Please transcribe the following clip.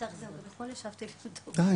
בהצבעה אנחנו מצביעים על הצו כמו שהוא, ללא